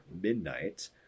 Midnight